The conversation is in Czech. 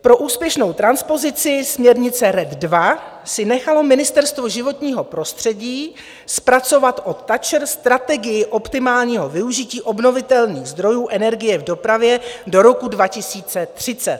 Pro úspěšnou transpozici směrnice RED II si nechalo Ministerstvo životního prostředí zpracovat od TA ČR Strategii optimálního využití obnovitelných zdrojů energie v dopravě do roku 2030.